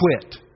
quit